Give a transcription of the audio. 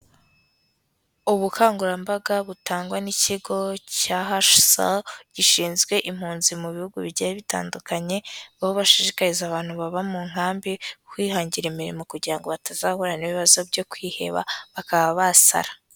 Ubukangurambaga butangwa n'ikigo cya HCR gishinzwe impunzi mu bihugu bigiye bitandukanye, aho bashishikariza abantu baba mu nkambi kwihangira imirimo kugira ngo batazahurana n'ibibazo byo kwiheba bakaba basara.